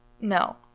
No